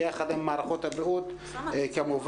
ביחד עם מערכות הבריאות כמובן.